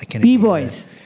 B-Boys